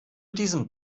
diesem